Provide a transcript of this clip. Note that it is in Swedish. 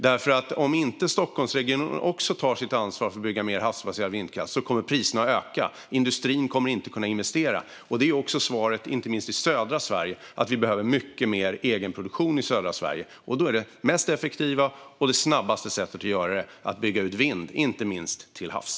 Om inte även Stockholmsregionen tar sitt ansvar för att bygga mer havsbaserad vindkraft kommer nämligen priserna att öka, och industrin kommer inte att kunna investera. Det är också svaret inte minst i södra Sverige: Vi behöver mycket mer egenproduktion i södra Sverige, och det mest effektiva och snabbaste sättet att skapa det är att bygga ut vindkraften - inte minst till havs.